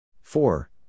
four